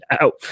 out